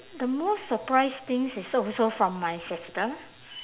the most surprise things is also from my sister